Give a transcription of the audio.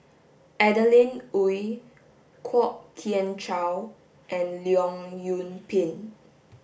Adeline Ooi Kwok Kian Chow and Leong Yoon Pin